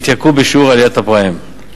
התייקרו בשיעור עליית הפריים.